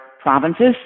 provinces